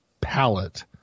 palette